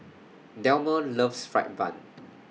Delmer loves Fried Bun